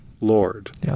Lord